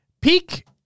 Peak